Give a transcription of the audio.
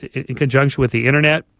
in conjunction with the internet,